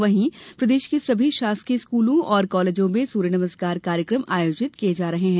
वहीं प्रदेश के सभी शासकीय स्कूलों और कॉलेजों में सूर्य नमस्कार कार्यक्रम आयोजित किये जा रहे है